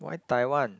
why Taiwan